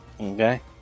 Okay